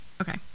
Okay